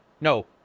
No